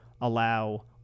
allow